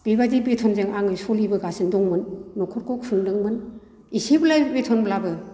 बेबायदि बेथनजों आङो सलिबोगासिनो दंमोन नख'रखौ खुंदोंमोन एसेल' बेथनब्लाबो